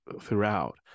throughout